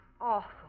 awful